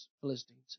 Philistines